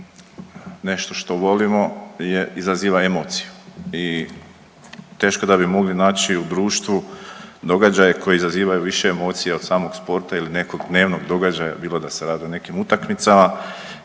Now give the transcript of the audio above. nešto što volimo izaziva emociju i teško da bi mogli naći u društvu događaj koji izaziva više emocija od samog sporta ili nekog dnevnog događaja bilo da se radi o nekim utakmicama